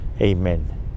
amen